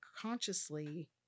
consciously